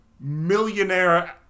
millionaire